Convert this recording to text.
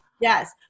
Yes